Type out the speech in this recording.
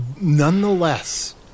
Nonetheless